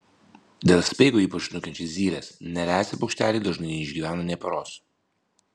dėl speigo ypač nukenčia zylės nelesę paukšteliai dažnai neišgyvena nė paros